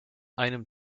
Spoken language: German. einem